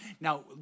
Now